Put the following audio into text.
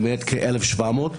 למעט כ-1,700.